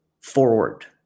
forward